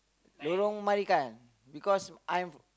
Lorong Marican because I'm f~